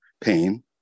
pain